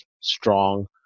strong